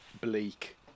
bleak